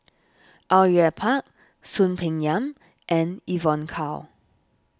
Au Yue Pak Soon Peng Yam and Evon Kow